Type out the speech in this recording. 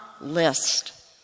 list